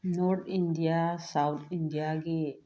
north India south ꯏꯟꯗꯤꯌꯥꯒꯤ